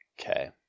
Okay